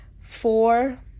four